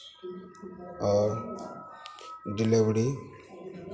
और डिलेवरी